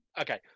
Okay